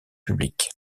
public